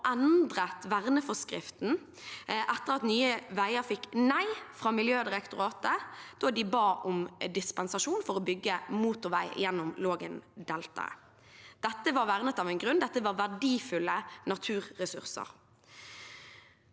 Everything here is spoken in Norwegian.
endret verneforskriften etter at Nye veier fikk nei fra Miljødirektoratet da de ba om dispensasjon for å bygge motorvei gjennom Lågendeltaet. Dette var vernet av en grunn: Det var verdifulle naturressurser.